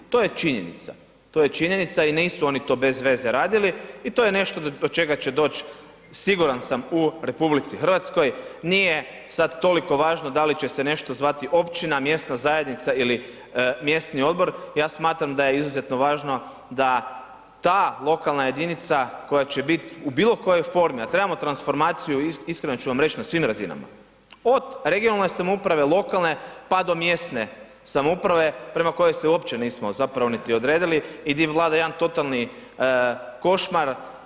To je činjenica, to je činjenica i nisu oni to bez veze radili i to je nešto do čega će doći siguran sam u RH, nije sad toliko važno da li će se nešto zvati općina, mjesna zajednica ili mjesni odbor, ja smatram da je izuzetno važno da ta lokalna jedinica koja će biti u bilo kojoj formi, a trebamo transformaciju iskreno ću vam reći na svim razinama, od regionalne samouprave, lokalne pa do mjesne samouprave prema kojoj se uopće nismo zapravo niti odredili i gdje vlada jedan totalni košmar.